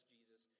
Jesus